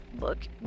Look